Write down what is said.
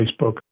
Facebook